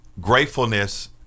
Gratefulness